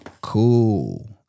cool